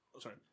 Sorry